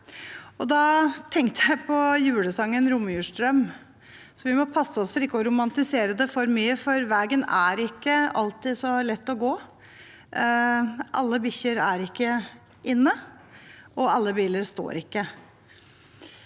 Da tenker jeg på julesangen Romjulsdrøm. Vi må passe oss for ikke å romantisere dette for mye, for veien er ikke alltid så lett å gå, ikke alle bikkjer er inne, og ikke alle biler står.